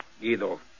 Guido